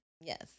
Yes